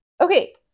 Okay